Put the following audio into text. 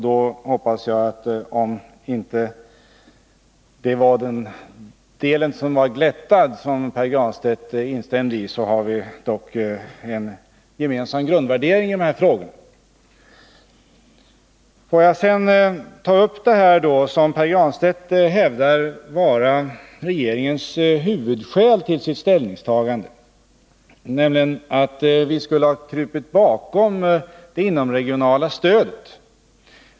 Då hoppas jag att om Pär Granstedts instämmande inte gällde den del som var glättad, så har vi dock en gemensam grundvärdering i dessa frågor. Pär Granstedt hävdar att regeringens huvudskäl till sitt ställningstagande är att vi skulle ha krupit bakom det inomregionala stödet.